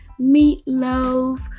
meatloaf